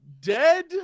dead